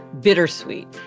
Bittersweet